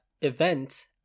event